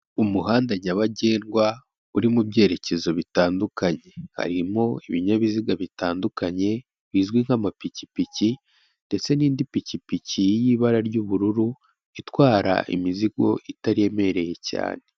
Umuhanda nyabagendwa, uri mu byerekezo bitandukanye, harimo ibinyabiziga bitandukanye, bizwi nk'amapikipiki ndetse n'indi pikipiki y'ibara ry'ubururu, itwara imizigo itaremereye cyane.